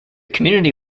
community